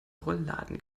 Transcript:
rollladen